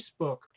Facebook